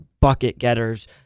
bucket-getters